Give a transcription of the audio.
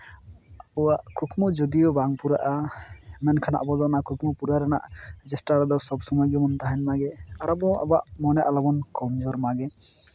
ᱟᱵᱚᱣᱟᱜ ᱠᱩᱠᱢᱩ ᱡᱩᱫᱤᱭᱳ ᱵᱟᱝ ᱯᱩᱨᱟᱹᱜᱼᱟ ᱢᱮᱱᱠᱷᱟᱱ ᱟᱵᱚ ᱫᱚ ᱚᱱᱟ ᱠᱩᱠᱢᱩ ᱯᱩᱨᱟᱹᱣ ᱨᱮᱱᱟᱜ ᱪᱮᱥᱴᱟ ᱨᱮᱫᱚ ᱥᱚᱵ ᱥᱚᱢᱚᱭ ᱜᱮᱵᱚᱱ ᱛᱟᱦᱮᱱ ᱢᱟᱜᱮ ᱡᱮ ᱟᱨ ᱟᱵᱚ ᱟᱵᱚᱣᱟᱜ ᱢᱚᱱᱮ ᱟᱞᱚ ᱵᱚᱱ ᱠᱚᱢ ᱡᱳᱨ ᱢᱟᱜᱮ